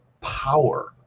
power